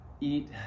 eat